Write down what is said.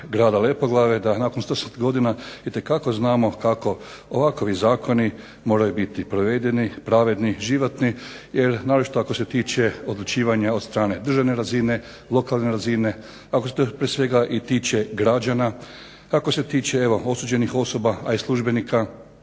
Grada Lepoglave da nakon 10 godina itekako znamo kako ovakvi zakoni moraju biti provedeni, pravedni, životni. Jer naročito ako se tiče odlučivanja od strane državne razine, lokalne razine, ako se prije svega i tiče građana, tako se tiče evo osuđenih osoba, a i službenika,